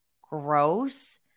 gross